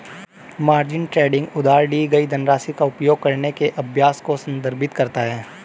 margin trading उधार ली गई धनराशि का उपयोग करने के अभ्यास को संदर्भित करता है